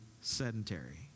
sedentary